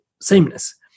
sameness